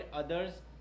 others